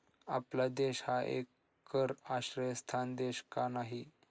आपला देश हा कर आश्रयस्थान देश का नाही?